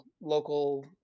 local